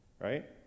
Right